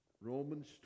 romans